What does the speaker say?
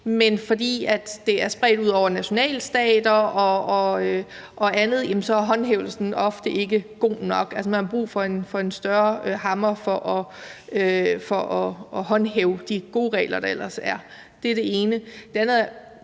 men fordi det er spredt ud over nationalstater og andet, er håndhævelsen ofte ikke god nok; man har altså brug for en større hammer for at håndhæve de gode regler, der ellers er. Det er det ene.